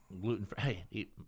gluten-free